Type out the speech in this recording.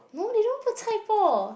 no they don't put chai-poh